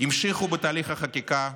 המשיכו בתהליך החקיקה,